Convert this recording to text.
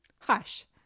hush